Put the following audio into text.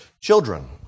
Children